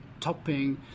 topping